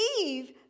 Eve